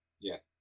Yes